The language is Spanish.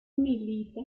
milita